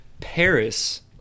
Paris